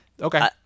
Okay